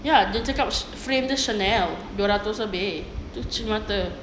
ya dia cakap frame dia chanel dua ratus lebih tu cermin mata